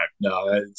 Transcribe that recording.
No